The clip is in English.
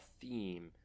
theme